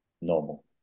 normal